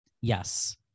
Yes